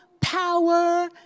power